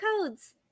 codes